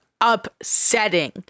upsetting